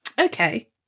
Okay